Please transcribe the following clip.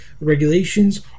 regulations